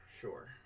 Sure